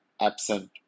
absent